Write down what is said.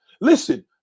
Listen